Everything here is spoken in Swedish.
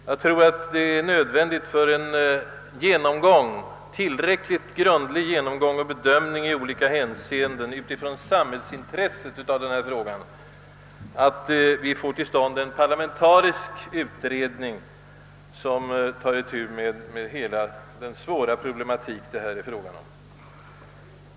Jag tror att det är nödvändigt för en grundlig bedömning i olika hänseenden från samhällsintressets synpunkt att vi får till stånd en parlamentarisk utredning, som tar itu med hela den svåra lagstiftningsoch annan problematik det här gäller.